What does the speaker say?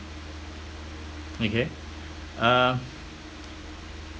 okay uh